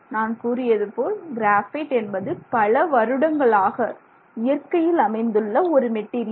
நான் கூறியதுபோல் கிராபைட் என்பது பல வருடங்களாக இயற்கையில் அமைந்துள்ள ஒரு மெட்டீரியல்